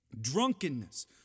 drunkenness